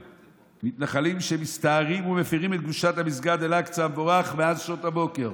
מתנחלים שמסתערים ומפירים את קדושת מסגד אל-אקצא המבורך מאז שעות הבוקר.